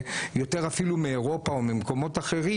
יותר אפילו מאירופה או ממקומות אחרים,